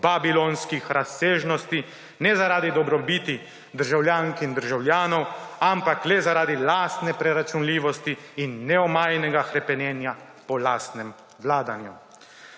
babilonskih razsežnosti ne zaradi dobrobiti državljank in državljanov, ampak le zaradi lastne preračunljivosti in neomajnega hrepenenja po lastnem vladanju.